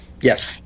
Yes